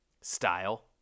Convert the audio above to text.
style